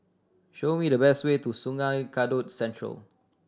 show me the best way to Sungei Kadut Central